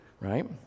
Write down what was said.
right